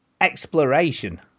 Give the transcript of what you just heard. exploration